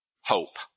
hope